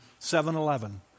7-Eleven